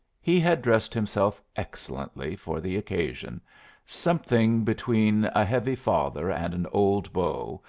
he had dressed himself excellently for the occasion something between a heavy father and an old beau,